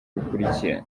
bukurikira